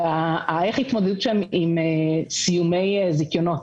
ואיך ההתמודדות שלהם עם סיומי זיכיונות.